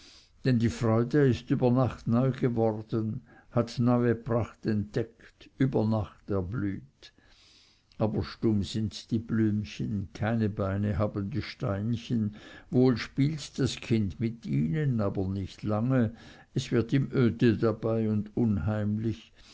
denn die freude ist über nacht neu geworden hat neue pracht entdeckt über nacht erblüht aber stumm sind die blümchen keine beine haben die steinchen wohl spielt das kind mit ihnen aber nicht lange es wird ihm öde dabei und unheimlich